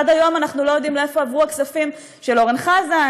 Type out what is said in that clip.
עד היום אנחנו לא יודעים לאיפה עברו הכספים של אורן חזן,